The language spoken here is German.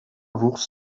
wuchs